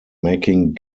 making